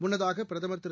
முன்னதாக பிரதமர் திரு